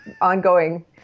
ongoing